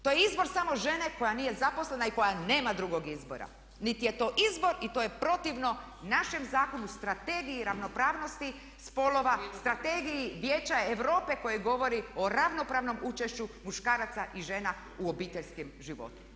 To je izbor samo žene koja nije zaposlena i koja nema drugog izbora, niti je to izbor i to je protivno našem zakonu, Strategiji ravnopravnosti spolova, Strategiji Vijeća Europe koje govori o ravnopravnom učešću muškaraca i žena u obiteljskom životu.